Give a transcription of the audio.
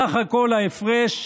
סך הכול ההפרש,